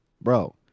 bro